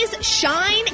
shine